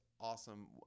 awesome